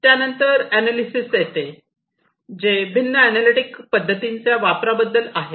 त्यानंतर अनालिसेस येते जे भिन्न एनालिटिकल पद्धतीच्या वापराबद्दल आहे